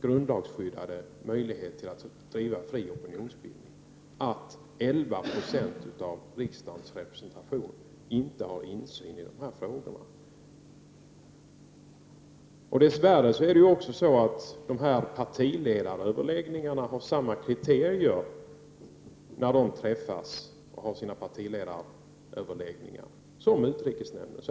grundlagsskyddade möjlighet att bedriva fri opinionsbildning att 11 20 av riksdagens representation inte har insyn i de här frågorna. Dess värre har man för partiledaröverläggningarna samma kriterier som för utrikesnämnden.